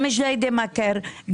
גם מג'דיידה מכר,